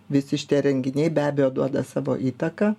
visi šitie renginiai be abejo duoda savo įtaką